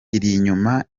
inyuma